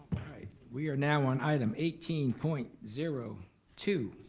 alright, we are now on item eighteen point zero two,